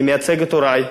אני מייצג את הורי,